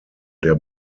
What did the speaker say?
der